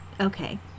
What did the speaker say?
Okay